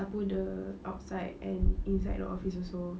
sapu the outside and inside the office also